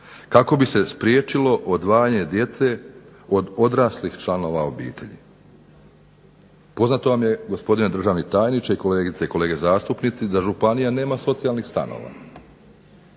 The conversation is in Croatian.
kako bi se spriječilo odvajanje djece od odraslih članova obitelji. Poznato vam je gospodine državni tajniče i kolegice i kolege zastupnici da županija nema socijalnih stanova.